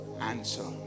answer